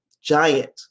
giant